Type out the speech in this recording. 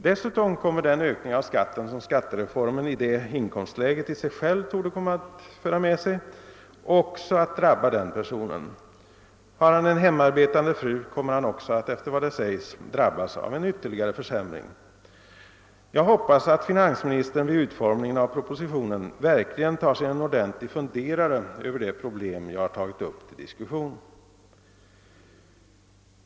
Dessutom kommer också den ökning av skatten som skattereformen i det inkomstläget i sig själv torde komma att medföra att drabba denna person. Har han en hemarbetande fru kommer han också, efter vad det sägs, att drabbas av en ytterligare försämring. Jag hoppas att finansministern vid utformningen av propositionen verkligen tar sig en ordentlig funderare över det problem jag har tagit upp till diskussion.